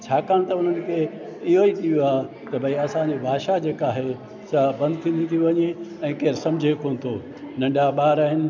छाकाणि त उन्हनि खे इओ ई थी वियो आहे की भई असांजी भाषा जेका आहे सा बंदि थींदी थी वञे ऐं केरु सम्झे कोन थो नंढा ॿार आहिनि